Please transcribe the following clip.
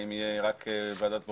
האם תהיה רק ועדת בוחנים?